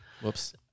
Whoops